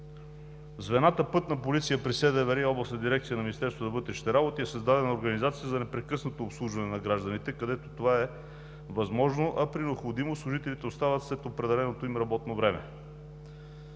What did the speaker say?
звената „Пътна полиция“ при СДВР и Областна дирекция на Министерството на вътрешните работи е създадена организация за непрекъснато обслужване на гражданите, където това е възможно, а при необходимост служителите остават след определеното им работно време.